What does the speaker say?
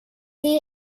det